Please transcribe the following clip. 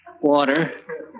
Water